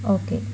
okay